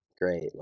great